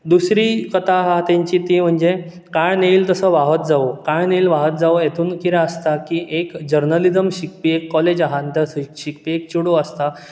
दुसरी कथा हा तेंची ती म्हणजे काळ नेईल तस वाहत जावू काळ नेईल तस वाहत जावूं हेतून कितें आसता की एक जर्नलिजम शिकपी एक कॉलेज आहा थंय शिकपी एक चेडूं आसता